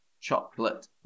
chocolate